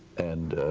and